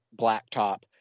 blacktop